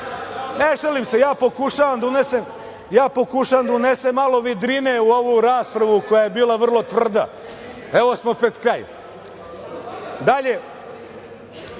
Ne šalim se, ja pokušavam da unesem malo vedrine u ovu raspravu koja bila vrlo tvrda evo smo pred